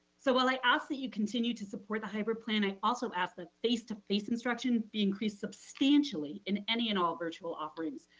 so while i ask that you continue to support the hybrid plan, i also ask that face to face instruction, be increased substantially in any and all virtual offerings.